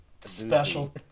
special